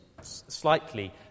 slightly